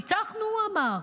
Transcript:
ניצחנו, הוא אמר.